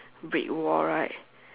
brick wall right